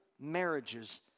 marriages